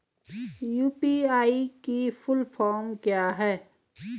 UPI की full form क्या है?